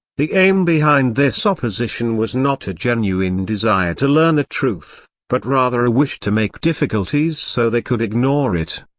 the aim behind this opposition was not a genuine desire to learn the truth, but rather a wish to make difficulties so they could ignore it.